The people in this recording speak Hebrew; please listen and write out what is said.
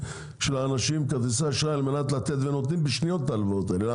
לאנשים על מנת לתת והם נותנים בשניות את ההלוואות האלה,